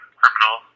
criminal